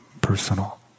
personal